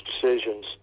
decisions